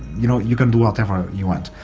you know you can do whatever you want.